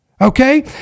okay